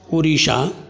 Orissa